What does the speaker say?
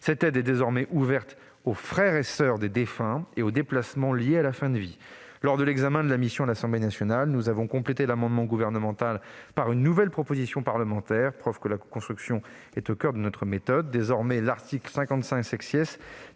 Cette aide est désormais ouverte aux frères et soeurs des défunts et aux déplacements liés à la fin de vie. Lors de l'examen de la mission à l'Assemblée nationale, nous avons complété l'amendement gouvernemental par une nouvelle proposition parlementaire, preuve que la coconstruction est au coeur de notre méthode de travail. Désormais, l'article 55 , tel